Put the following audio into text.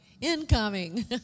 incoming